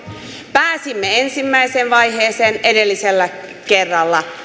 pääsimme ensimmäiseen vaiheeseen edellisellä kerralla